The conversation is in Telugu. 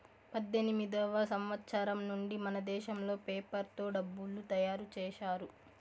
పద్దెనిమిదివ సంవచ్చరం నుండి మనదేశంలో పేపర్ తో డబ్బులు తయారు చేశారు